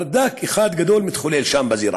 ברדק אחד גדול מתחולל שם בזירה.